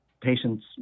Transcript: patients